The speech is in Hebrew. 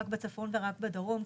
רק בצפון ורק בדרום,